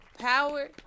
power